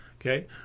Okay